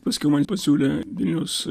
paskiau man pasiūlė vilnius